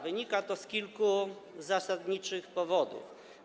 Wynika to z kilku zasadniczych powodów.